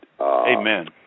Amen